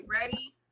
ready